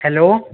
hello